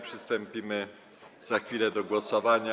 przystąpimy za chwilę do głosowania.